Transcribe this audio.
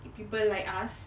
people like us